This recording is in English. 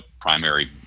primary